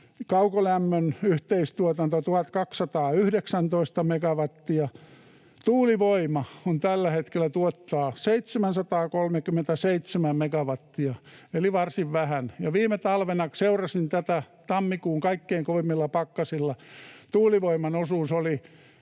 kaukolämmön yhteistuotanto 1 219 megawattia, tuulivoima tällä hetkellä tuottaa 737 megawattia eli varsin vähän, ja viime talvena, kun seurasin tätä tammikuun kaikkein kovimmilla pakkasilla, tuulivoiman osuus oli